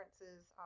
differences